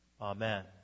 Amen